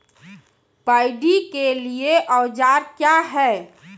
Paddy के लिए औजार क्या हैं?